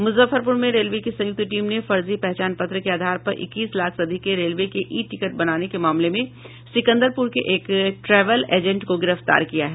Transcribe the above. मुजफ्फरपुर में रेलवे की संयुक्त टीम ने फर्जी पहचान पत्र के आधार पर इक्कीस लाख से अधिक के रेलवे के ई टिकट बनाने के मामले में सिकंदरपुर के एक ट्रेवेल एजेंट को गिरफ्तार किया है